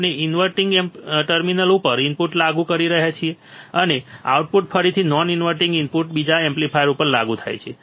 આપણે in inverting terminal ઉપર input લાગુ કરી રહ્યા છીએ અને આઉટપુટ ફરીથી નોન ઇન્વર્ટીંગ ઇનપુટ બીજા એમ્પ્લીફાયર ઉપર લાગુ થાય છે